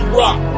rock